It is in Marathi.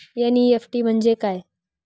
एन.ई.एफ.टी म्हणजे काय?